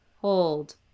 hold